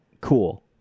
cool